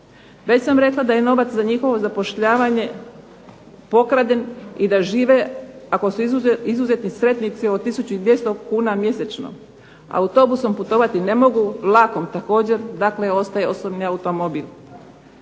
Već sam rekla da je novac za njihovo zapošljavanje pokraden i da žive ako su izuzetni sretnici od 1200 kuna mjesečno. Autobusom putovati ne mogu, vlakom također. Dakle, ostaje osobni automobil.